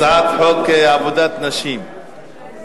הצעת חוק עבודת נשים (תיקון מס'